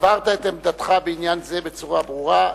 הבהרת את עמדתך בעניין זה בצורה ברורה.